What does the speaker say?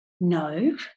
No